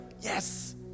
yes